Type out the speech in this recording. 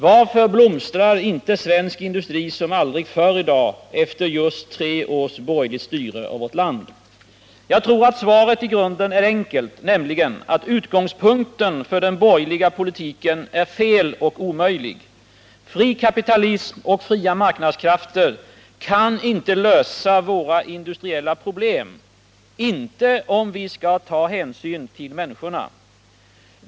Varför blomstrar inte svensk industri som aldrig förr i dag efter tre års borgerligt styre av vårt land? Jag tror att svaret i grunden är enkelt, nämligen att utgångspunkten för den borgerliga politiken är fel och omöjlig: fri kapitalism och fria marknadskrafter kan inte lösa våra industriella problem — inte om vi skall ta hänsyn till människorna.